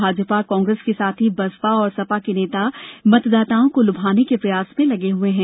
भाजपा कांग्रेस के साथ ही बसपा और सपा के नेता मतदाताओं को लुभाने के प्रयास में लगे हुए हैं